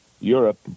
Europe